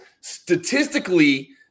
statistically